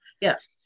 yes